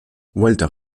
walter